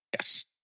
Yes